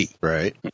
Right